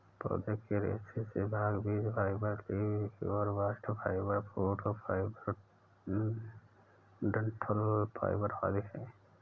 पौधे के रेशे के भाग बीज fibre, leaf fibre, bast fibre, fruit fibre, डंठल फाइबर आदि है